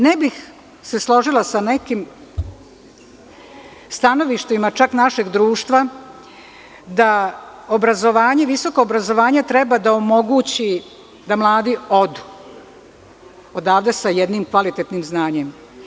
Ne bih se složila sa nekim stanovništvima, čak našeg društva, da obrazovanje, visoko obrazovanje treba da omogući da mladi odu odavde sa jednim kvalitetnim znanjem.